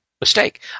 mistake